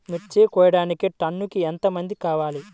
మిర్చి కోయడానికి టన్నుకి ఎంత మంది కావాలి?